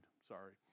sorry